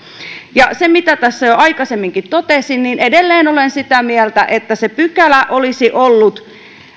ja kuten tässä jo aikaisemminkin totesin edelleen olen sitä mieltä että se pykälä olisi ollut